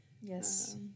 Yes